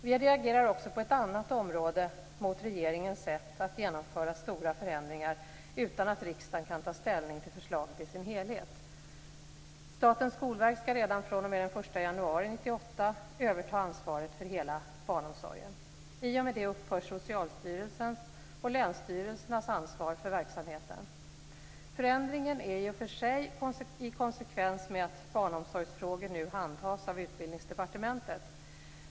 Vi reagerar också på ett annat område mot regeringens sätt att genomföra stora förändringar utan att riksdagen kan ta ställning till förslaget i dess helhet. Statens skolverk skall redan fr.o.m. den 1 januari 1998 överta ansvaret för hela barnomsorgen. I och med det upphör Socialstyrelsens och länsstyrelsernas ansvar för verksamheten. Förändringen är i och för sig i konsekvens med att barnomsorgsfrågor nu handhas av Utbildningsdepartementet.